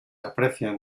aprecian